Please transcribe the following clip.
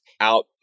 out